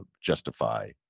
justify